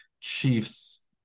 Chiefs